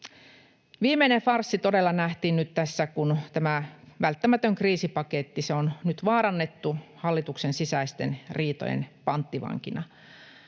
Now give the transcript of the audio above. Viimeinen farssi todella nähtiin nyt, kun tämä välttämätön kriisipaketti on vaarannettu hallituksen sisäisten riitojen panttivankina,